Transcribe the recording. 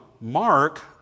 Mark